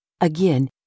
Again